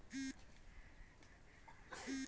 लाभेर तने इ दुनिया भरेर लोग व्यवसाय कर छेक